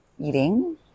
eating